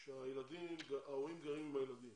שההורים גרים עם הילדים,